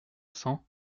cents